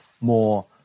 more